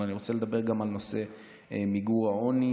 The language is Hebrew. אבל אני רוצה לדבר גם על נושא מיגור העוני,